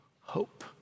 hope